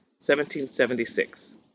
1776